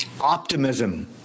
Optimism